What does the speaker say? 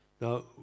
Now